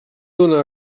dóna